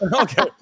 okay